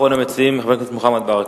אחריו, אחרון המציעים, חבר הכנסת מוחמד ברכה.